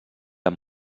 amb